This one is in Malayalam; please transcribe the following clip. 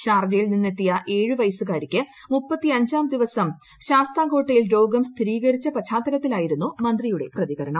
ഷാർജയിൽ നിന്നെത്തിയ ഏഴ് വ്യസ്സുകാരിക്ക് മുപ്പത്തഞാം ദിവസം ശാസ്താംകോട്ടയിൽ രോഗം സ്ഥിരീകരിച്ച പശ്ചാത്തലത്തിലായിരുന്നു മന്ത്രിയുടെ പ്രതികരണം